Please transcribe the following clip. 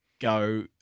go